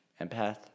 empath